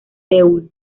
seúl